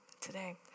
today